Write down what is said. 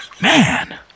Man